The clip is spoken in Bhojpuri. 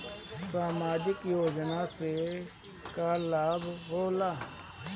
समाजिक योजना से का लाभ होखेला?